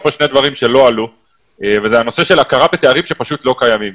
כאן שני דברים שלא עלו וזה הנושא של הכרה בתארים שפשוט לא קיימים.